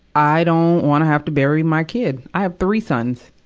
i don't wanna have to bury my kid. i have three sons.